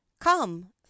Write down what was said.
Come